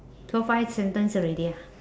so five sentence already ah